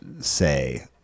say